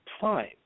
time